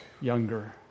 younger